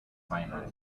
finally